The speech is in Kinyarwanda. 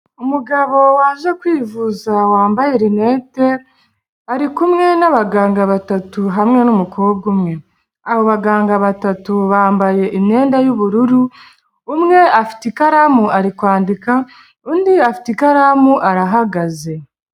Umugabo waje kwivuza wambaye rinete ari kumwe n'abaganga batatu hamwe n'umukobwa umwe, aba baganga batatu bambaye imyenda y'ubururu umwe afite ikaramu ari kwandika undi afite ikaramu arahagaze.